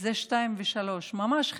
זה 2 ו-3, ממש חצי-חצי.